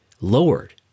lowered